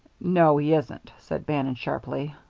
no, he isn't, said bannon, sharply.